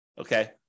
Okay